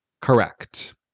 Correct